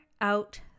out